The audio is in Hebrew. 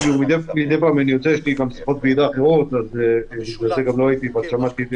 מידי פעם אני יוצא כי יש לי שיחות ועידה אחרות ולכן לא הייתי פה קודם.